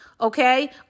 Okay